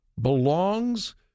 belongs